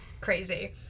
Crazy